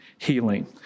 Healing